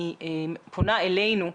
אני פונה אלינו,